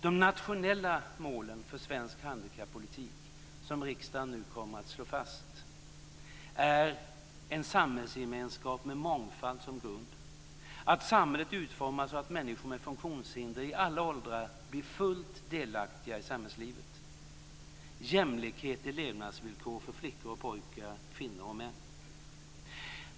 De nationella målen för svensk handikappolitik som riksdagen nu kommer att slå fast är en samhällsgemenskap med mångfald som grund, att samhället utformas så att människor med funktionshinder i alla åldrar blir fullt delaktiga i samhällslivet och jämlikhet i levnadsvillkor för flickor och pojkar, kvinnor och män.